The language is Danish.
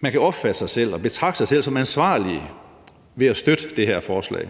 man kan opfatte sig selv og betragte sig selv som ansvarlig ved at støtte det her forslag,